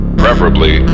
preferably